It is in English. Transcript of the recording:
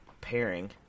pairing